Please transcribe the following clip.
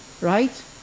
Right